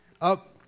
Up